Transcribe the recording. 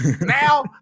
Now